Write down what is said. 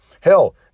hell